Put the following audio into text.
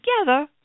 together